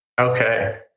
Okay